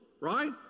right